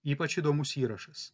ypač įdomus įrašas